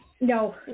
No